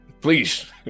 Please